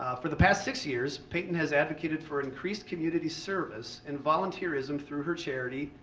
for the past six years, peyton has advocated for increased community service and volunteerism through her charity,